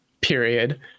period